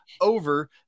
over